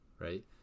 right